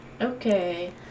Okay